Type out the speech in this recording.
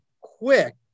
quick